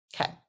Okay